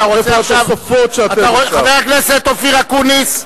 אפס מיטות.